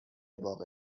واقع